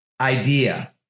idea